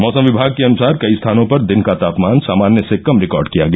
मौसम विभाग के अनुसार कई स्थानों पर दिन का तापमान सामान्य से कम रिकार्ड किया गया